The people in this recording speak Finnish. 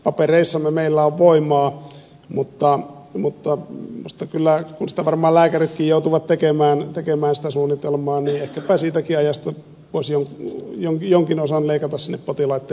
papereissamme meillä on voimaa mutta minusta kyllä kun varmaan lääkäritkin joutuvat tekemään sitä suunnitelmaa niin ehkäpä siitäkin ajasta voisi jonkin osan leikata sinne potilaitten hoitoon